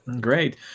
Great